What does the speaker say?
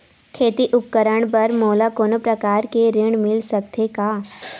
खेती उपकरण बर मोला कोनो प्रकार के ऋण मिल सकथे का?